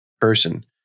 person